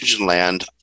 Land